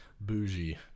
bougie